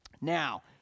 now